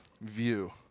view